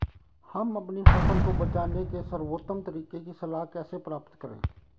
हम अपनी फसल को बचाने के सर्वोत्तम तरीके की सलाह कैसे प्राप्त करें?